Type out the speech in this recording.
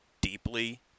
deeply